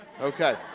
Okay